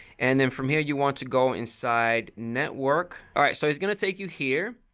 and then from here you want to go inside network. alright, so it's gonna take you here,